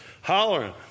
hollering